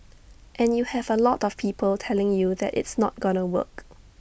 and you have A lot of people telling you that it's not gonna work